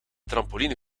trampoline